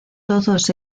todos